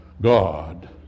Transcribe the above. God